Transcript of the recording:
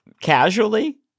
casually